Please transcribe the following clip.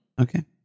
Okay